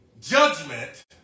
Judgment